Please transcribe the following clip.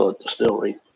distillery